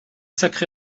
sacré